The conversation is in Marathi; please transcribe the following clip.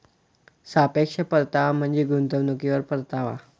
सापेक्ष परतावा म्हणजे गुंतवणुकीवर परतावा